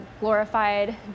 glorified